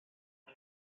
ich